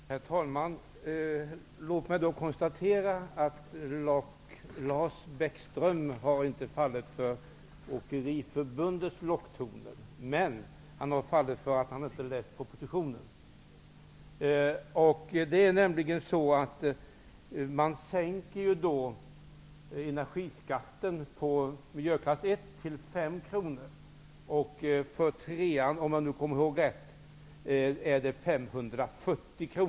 Herr talman! Låt mig konstatera att Lars Bäckström inte har fallit för Åkeriförbundets locktoner. Men han har fallit för att inte läsa propositionen. Det är nämligen så att energiskatten i miljöklass 1 sänks till 5 kr. och i klass 3 till 540 kr.